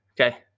Okay